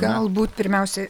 galbūt pirmiausia